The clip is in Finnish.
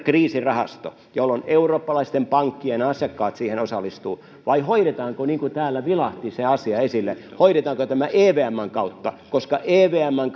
kriisirahasto jolloin eurooppalaisten pankkien asiakkaat siihen osallistuvat vai hoidetaanko niin kuin täällä vilahti se asia esille tämä evmn kautta koska evmn